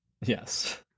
Yes